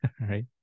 right